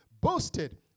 boasted